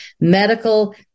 medical